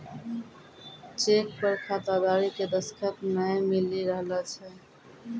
cheque पर खाताधारी के दसखत नाय मिली रहलो छै